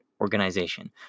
organization